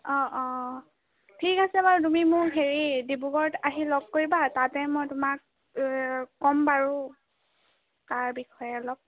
অ অ ঠিক আছে বাৰু তুমি মোক হেৰি ডিব্ৰুগড়ত আহি লগ কৰিবা তাতে মই তোমাক ক'ম বাৰু তাৰ বিষয়ে অলপ